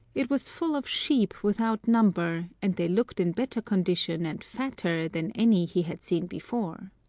it was full of sheep without number, and they looked in better condition and fatter than any he had seen before.